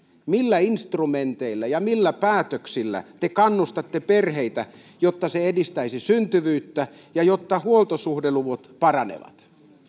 millä instrumenteilla ja millä päätöksillä te kannustatte perheitä jotta edistettäisiin syntyvyyttä ja jotta huoltosuhdeluvut paranevat